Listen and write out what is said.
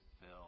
fill